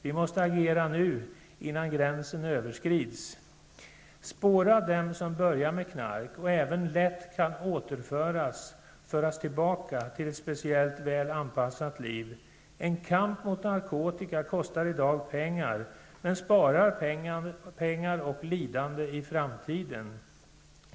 Vi måste agera nu innan gränsen överskrids. Vi måste spåra dem som börjat med knark och alltså lätt kan föras tillbaka till ett speciellt väl anpassat liv. En kamp mot narkotika kostar i dag pengar, men sparar pengar och lidande i framtiden.